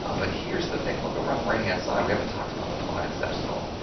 ah but here's the thing, look over on the right-hand side we haven't talked about applied steps, at all.